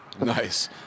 Nice